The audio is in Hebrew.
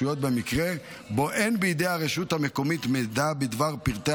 במקרה שבו אין בידי הרשות המקומית מידע בדבר פרטי